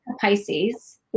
Pisces